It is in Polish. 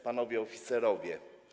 Panowie Oficerowie!